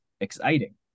exciting